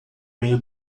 meio